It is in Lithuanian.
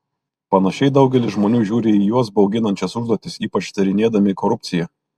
panašiai daugelis žmonių žiūri į juos bauginančias užduotis ypač tyrinėdami korupciją